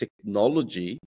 technology